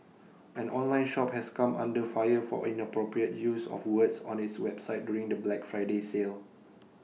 an online shop has come under fire for inappropriate use of words on its website during the Black Friday sale